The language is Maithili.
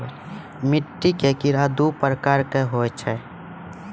मिट्टी के कीड़ा दू प्रकार के होय छै